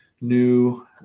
new